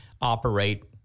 operate